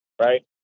Right